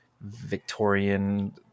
Victorian